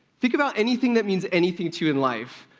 think about anything that means anything to you in life,